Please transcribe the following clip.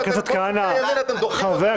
די, די.